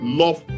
love